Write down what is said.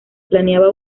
planeaba